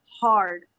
hard